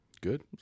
Good